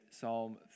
Psalm